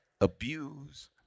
abuse